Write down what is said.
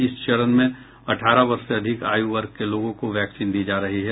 इस चरण में अठारह वर्ष से अधिक आयू वर्ग के लोगों को वैक्सीन दी जा रही है